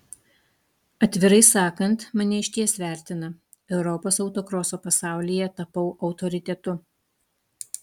atvirai sakant mane išties vertina europos autokroso pasaulyje tapau autoritetu